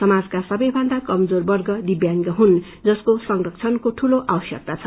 समाजका सबैभन्दा कमजोर वर्ग दिव्यांग हुनु जसको संरक्षणको ठूलो आवश्यकता छ